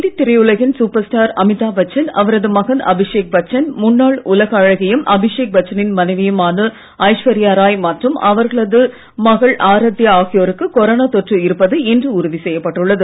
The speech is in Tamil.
இந்தி திரையுலகின் சூப்பர் ஸ்டார் அமிதாப் பச்சன் அவரது மகன் அபிஷேக் பச்சன் முன்னாள் உலகி அழகியும் அபிஷேக் பச்சனின் மனைவியுமான ஐஸ்வர்யா ராய் மற்றும் அவர்களது மகள் ஆராத்யா ஆகியோருக்கு கொரோனா தொற்று இருப்பது இன்று உறுதி செய்யப்பட்டுள்ளது